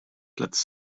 platz